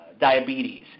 diabetes